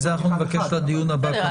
את זה אנחנו נבקש לדיון הבא.